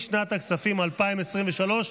לשנת הכספים 2023,